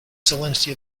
salinity